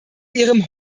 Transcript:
ihrem